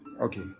Okay